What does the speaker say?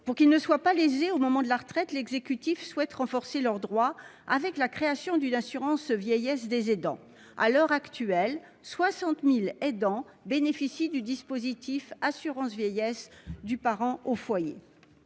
Pour qu'ils ne soient pas lésés au moment de la retraite, l'exécutif souhaite renforcer leurs droits avec la création d'une assurance vieillesse pour les aidants. À l'heure actuelle, 60 000 aidants bénéficient du dispositif de l'assurance vieillesse du parent au foyer.